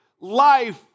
life